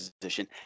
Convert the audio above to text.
position